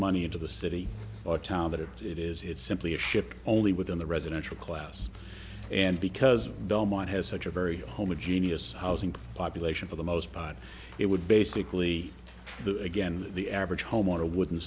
into the city or town that it is it's simply a ship only within the residential class and because the mine has such a very homogeneous housing population for the most part it would basically the again the average homeowner wouldn't